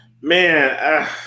Man